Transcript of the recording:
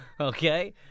Okay